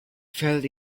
felt